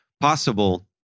possible